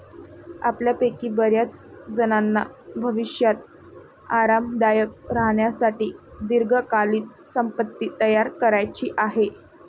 आपल्यापैकी बर्याचजणांना भविष्यात आरामदायक राहण्यासाठी दीर्घकालीन संपत्ती तयार करायची आहे